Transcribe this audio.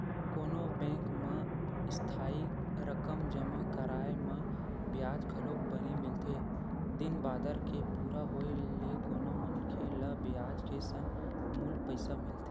कोनो बेंक म इस्थाई रकम जमा कराय म बियाज घलोक बने मिलथे दिन बादर के पूरा होय ले कोनो मनखे ल बियाज के संग मूल पइसा मिलथे